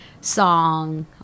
song